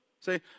Say